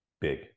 big